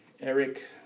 Eric